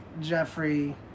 Jeffrey